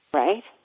right